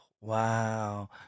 wow